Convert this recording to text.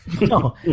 No